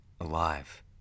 alive